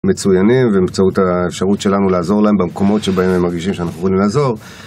מצוינים ובאמצעות האפשרות שלנו לעזור להם במקומות שבהם הם מרגישים שאנחנו יכולים לעזור.